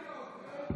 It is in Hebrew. לא.